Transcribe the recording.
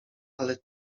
ale